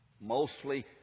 mostly